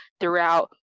throughout